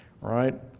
right